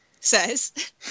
Says